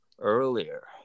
Earlier